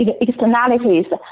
externalities